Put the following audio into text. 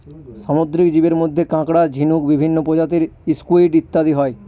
সামুদ্রিক জীবের মধ্যে কাঁকড়া, ঝিনুক, বিভিন্ন প্রজাতির স্কুইড ইত্যাদি হয়